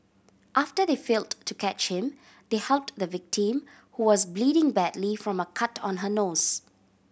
after they failed to catch him they helped the victim who was bleeding badly from a cut on her nose